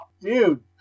dude